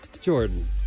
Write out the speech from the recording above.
Jordan